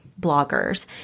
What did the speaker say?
bloggers